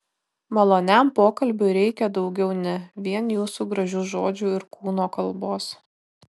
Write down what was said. maloniam pokalbiui reikia daugiau ne vien jūsų gražių žodžių ir kūno kalbos